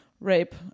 rape